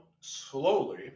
slowly